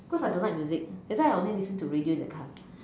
cause I don't like music that's why I only listen to radio in the car